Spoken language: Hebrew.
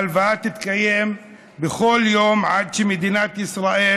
ההלוויה תתקיים בכל יום עד שמדינת ישראל